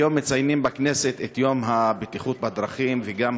היום מציינים בכנסת את יום הבטיחות בדרכים וגם